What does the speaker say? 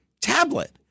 tablet